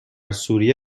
سوریه